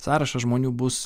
sąrašas žmonių bus